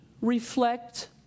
reflect